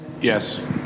Yes